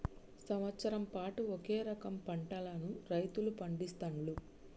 సంవత్సరం పాటు ఒకే రకం పంటలను రైతులు పండిస్తాండ్లు